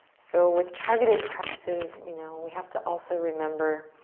so, with targeted practices you know we have to also remember